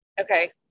Okay